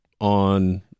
on